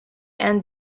and